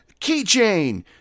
keychain